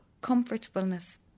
comfortableness